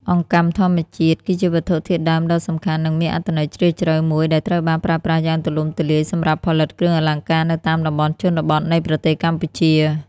អង្កាំធម្មជាតិ គឺជាវត្ថុធាតុដើមដ៏សំខាន់ និងមានអត្ថន័យជ្រាលជ្រៅមួយដែលត្រូវបានប្រើប្រាស់យ៉ាងទូលំទូលាយសម្រាប់ផលិតគ្រឿងអលង្ការនៅតាមតំបន់ជនបទនៃប្រទេសកម្ពុជា។